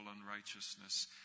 unrighteousness